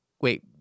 wait